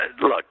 Look